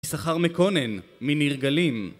יששכר מקונן, מניר גלים